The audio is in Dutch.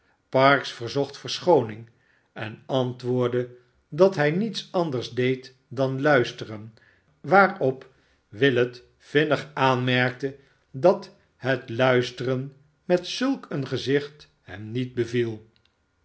parkes verzocht verschooning en antwoordde dat hij niets anders deed dan luisteren waarop willet vinnig aanmerkte dat het luisteren met zulk een gezicht hem niet beviel